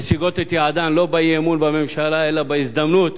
משיגות את יעדן לא באי-אמון בממשלה אלא בהזדמנות